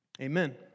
Amen